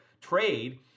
trade